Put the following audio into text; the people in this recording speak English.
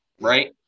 right